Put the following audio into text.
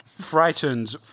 frightened